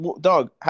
dog